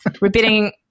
repeating